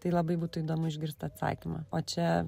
tai labai būtų įdomu išgirsti atsakymą o čia